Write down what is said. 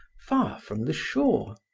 far from the shore.